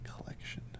collection